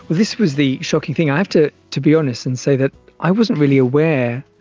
this was the shocking thing. i have to to be honest and say that i wasn't really aware